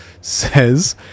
Says